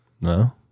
No